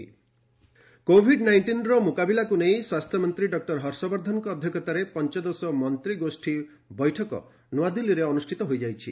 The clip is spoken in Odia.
ହର୍ଷବର୍ଦ୍ଧନ କିଓଏମ୍ କୋଭିଡ୍ ନାଇଷ୍ଟିନ୍ର ମୁକାବିଲାକୁ ନେଇ ସ୍ୱାସ୍ଥ୍ୟମନ୍ତ୍ରୀ ଡକ୍ଟର ହର୍ଷବର୍ଦ୍ଧନଙ୍କ ଅଧ୍ୟକ୍ଷତାରେ ପଞ୍ଚଦଶ ମନ୍ତ୍ରୀଗୋଷୀ ବୈଠକ ନ୍ତଆଦିଲ୍ଲୀରେ ଅନୁଷ୍ଠିତ ହୋଇଯାଇଛି